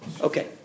Okay